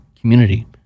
community